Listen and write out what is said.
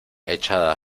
echada